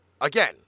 Again